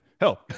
Hell